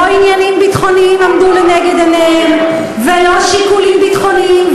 לא עניינים ביטחוניים עמדו לנגד עיניהם ולא שיקולים ביטחוניים.